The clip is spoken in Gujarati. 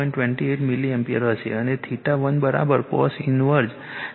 28 મિલી એમ્પીયર હશે અને 1 cos ઇનવર્સ 0